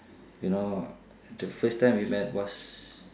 you know the first time we met was